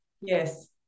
Yes